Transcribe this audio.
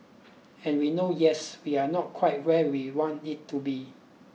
and we know yes we are not quite where we want it to be